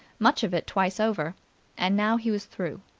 much of it twice over and now he was through.